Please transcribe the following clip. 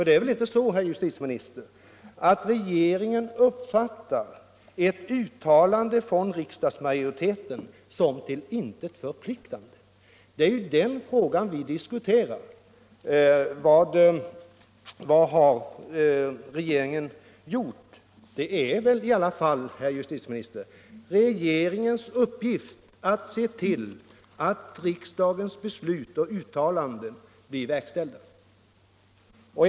Det är väl inte så, herr Nr 19 justitieminister, att regeringen uppfattar ett uttalande från riksdagsma Tisdagen den joriteten som till intet förpliktande? Det är ju den frågan vi diskuterar. 11 februari 1975 Vad har regeringen gjort? Det är väl i alla fall, herr justitieminister, = regeringens uppgift att se till att riksdagens beslut och uttalanden blir — Om kollektivanslutverkställda.